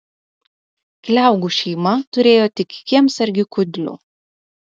kliaugų šeima turėjo tik kiemsargį kudlių